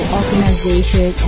organization